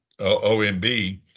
OMB